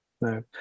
No